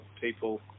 people